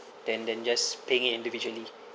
then then just pay it individually